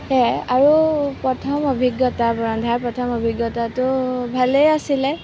সেয়াই আৰু প্ৰথম অভিজ্ঞতা ৰন্ধাৰ প্ৰথম অভিজ্ঞতাটো ভালেই আছিলে